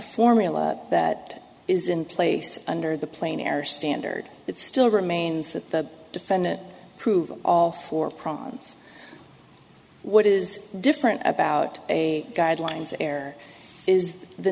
formula that is in place under the plane air standard it still remains that the defendant prove all four problems what is different about a guidelines air is the